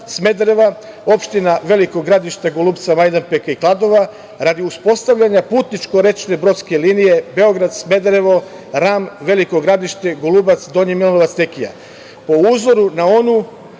Smedereva, opština Veliko Gradište, Golubca, Majdanpeka i Kladova radi uspostavljanja putničko-rečne brodske linije Beograd, Smederevo, Ram, Veliko Gradište, Golubac, Donji Milanovac, Tekija, po uzoru na onu